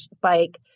bike